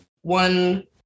one